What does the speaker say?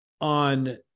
on